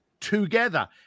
together